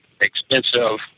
expensive